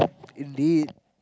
indeed